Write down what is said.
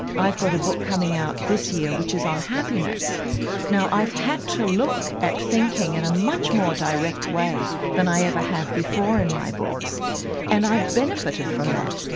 i've got a book coming out this year which is on happiness now i've had to look at thinking in and a much more direct way than i ever have before in my books and i've benefited from that.